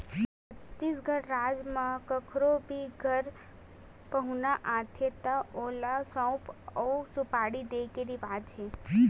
छत्तीसगढ़ राज म कखरो भी घर पहुना आथे त ओला सउफ अउ सुपारी दे के रिवाज हे